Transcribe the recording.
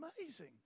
Amazing